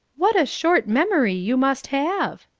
what a short memory you must have!